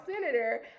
senator